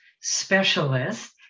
specialist